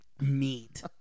meat